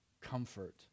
Comfort